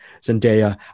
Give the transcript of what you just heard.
Zendaya